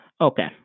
Okay